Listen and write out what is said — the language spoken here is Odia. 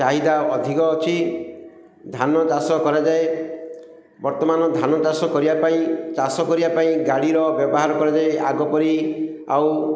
ଚାହିଦା ଅଧିକ ଅଛି ଧାନ ଚାଷ କରାଯାଏ ବର୍ତ୍ତମାନ ଧାନ ଚାଷ କରିବା ପାଇଁ ଚାଷ କରିବା ପାଇଁ ଗାଡ଼ିର ବ୍ୟବହାର କରାଯାଏ ଆଗ ପରି ଆଉ